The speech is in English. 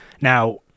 Now